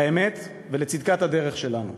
לאמת ולצדקת הדרך שלנו.